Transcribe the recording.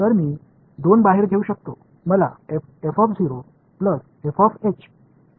तर मी 2 बाहेर घेऊ शकतो मला मिळणार आहे